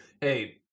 Hey